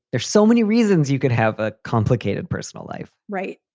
there's so many reasons you could have a complicated personal life. right.